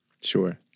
Sure